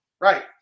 right